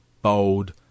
bold